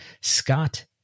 Scott